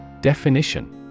Definition